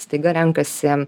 staiga renkasi